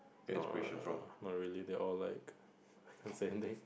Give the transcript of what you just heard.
no not really they are all like I can't say anything